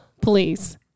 Please